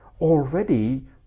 already